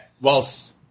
whilst